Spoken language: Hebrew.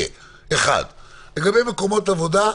ברית,